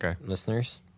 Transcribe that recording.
listeners